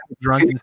drunk